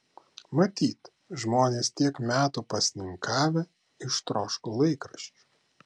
matyt žmonės tiek metų pasninkavę ištroško laikraščių